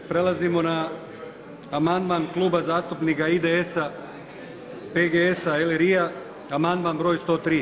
Prelazimo na amandman Kluba zastupnika IDS-a, PGS-A, LRI-a amandman br. 103.